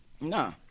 Nah